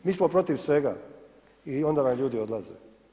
Mi smo protiv svega i onda nam ljudi odlaze.